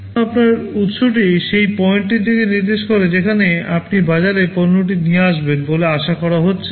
ধরুন আপনার উত্সটি সেই পয়েন্টটি নির্দেশ করে যেখানে আপনি বাজারে পণ্যটি নিয়ে আসবেন বলে আশা করা হচ্ছে